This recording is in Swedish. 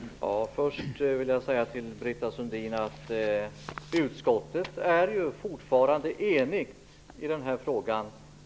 Herr talman! Först vill jag säga till Britta Sundin att utskottet fortfarande är enigt